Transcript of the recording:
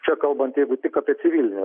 čia kalbant jeigu tik apie civilinę